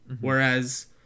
whereas